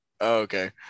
okay